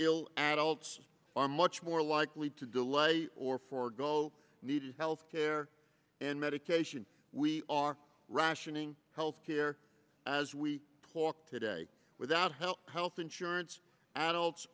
ill adults are much more likely to delay or forego needed health care and medication we are rationing health care as we talk today without health health insurance adults